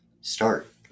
start